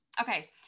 okay